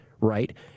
Right